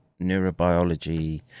neurobiology